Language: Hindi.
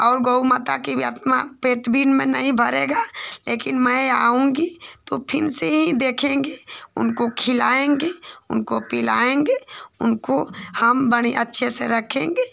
और गऊ माता की भी आत्मा पेट भी में नहीं भरेगा लेकिन मैं आऊँगी तो फिर से ही देखेंगे उनको खिलाएँगे उनको पिलाएँगे उनको हम बड़े अच्छे से रखेंगे